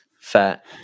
fat